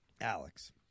Alex